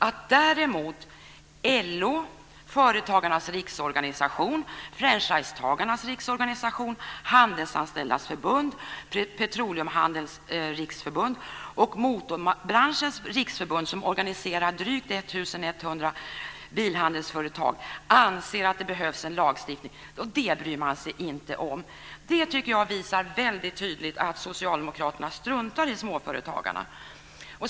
Att däremot LO, Företagarnas Riksorganisation, 1 100 bilhandelsföretag, anser att det behövs en lagstiftning bryr man sig inte om. Det tycker jag visar väldigt tydligt att Socialdemokraterna struntar i småföretagarna.